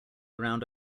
around